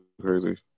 crazy